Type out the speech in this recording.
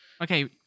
okay